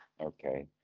Okay